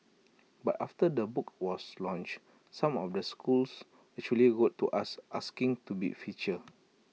but after the book was launched some of the schools actually wrote to us asking to be featured